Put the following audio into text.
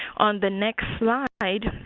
on the next slide,